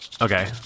Okay